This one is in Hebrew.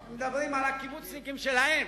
הם מדברים על הקיבוצניקים שלהם.